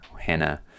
Hannah